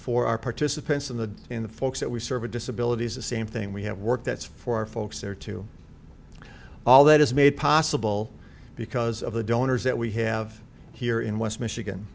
for our participants in the in the folks that we serve a disability the same thing we have work that's for folks there to all that is made possible because of the donors that we have here in west michigan